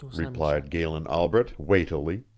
replied galen albret, weightily,